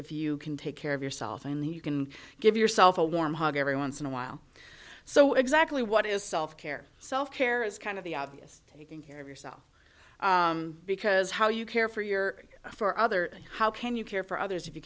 if you can take care of yourself and then you can give yourself a warm hug every once in a while so exactly what is self care self care is kind of the obvious taking care of yourself because how you care for your for other how can you care for others if you